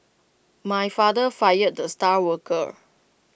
my father fired the star worker